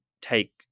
take